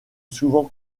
souvent